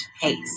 pace